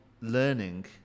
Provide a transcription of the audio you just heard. learning